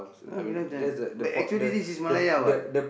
now is become Chinese but actually this is Malaya what